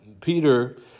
Peter